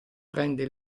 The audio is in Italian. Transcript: prende